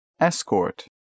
Escort